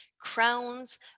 crowns